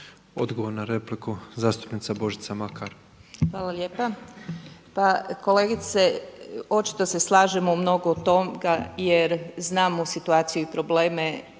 Odgovor na repliku zastupnica Božica Makar. **Makar, Božica (HNS)** Hvala lijepa. Pa kolegice, očito se slažemo u mnogo toga jer znamo situaciju i probleme